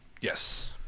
Yes